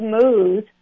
smooth